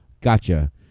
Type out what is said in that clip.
Gotcha